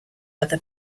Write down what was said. other